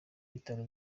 bitaro